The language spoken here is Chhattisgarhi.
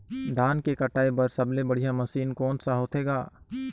धान के कटाई बर सबले बढ़िया मशीन कोन सा होथे ग?